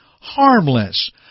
harmless